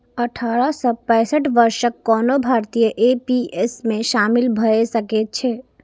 अठारह सं पैंसठ वर्षक कोनो भारतीय एन.पी.एस मे शामिल भए सकै छै